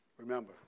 Remember